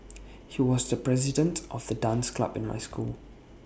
he was the president of the dance club in my school